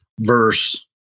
verse